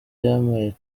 yampaye